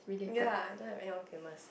ya I don't have anyone famous